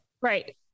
Right